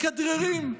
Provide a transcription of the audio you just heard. מכדררים,